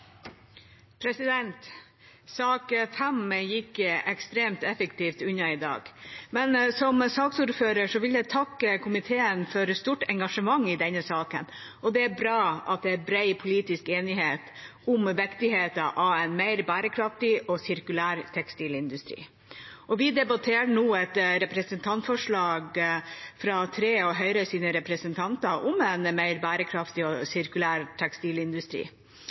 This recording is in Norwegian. omme. Sak nr. 5 gikk ekstremt effektivt unna i dag! Som saksordfører vil jeg takke komiteen for et stort engasjement i denne saken. Det er bra at det er bred politisk enighet om viktigheten av en mer bærekraftig og sirkulær tekstilindustri, og vi debatterer nå et representantforslag fra tre av Høyres representanter om en mer bærekraftig og sirkulær tekstilindustri.